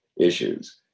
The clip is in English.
issues